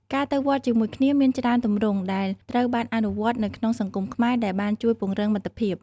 ការទៅវត្តជាមួយគ្នាមានច្រើនទម្រង់ដែលត្រូវបានអនុវត្តនៅក្នុងសង្គមខ្មែរដែលបានជួយពង្រឹងមិត្តភាព។